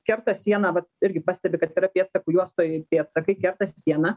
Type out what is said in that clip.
kerta sieną vat irgi pastebi kad yra pėdsakų juostoj pėdsakai kertant sieną